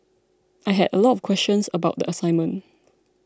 I had a lot of questions about the assignment